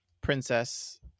Princess